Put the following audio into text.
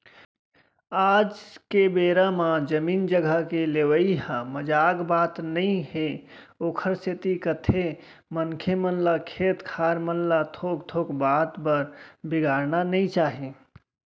आज के बेरा म जमीन जघा के लेवई ह मजाक बात नई हे ओखरे सेती कथें मनखे मन ल खेत खार मन ल थोक थोक बात बर बिगाड़ना नइ चाही